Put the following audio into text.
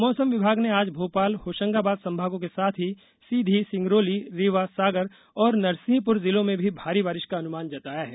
मौसम विभाग ने आज भोपाल होशंगाबाद संभागों के साथ ही सीधी सिंगरौली रीवा सागर और नरसिंहपुर जिलों में भारी बारिश का अनुमान जताया है